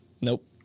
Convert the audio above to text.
Nope